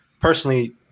personally